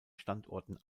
standorten